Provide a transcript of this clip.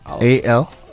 A-L